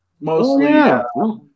mostly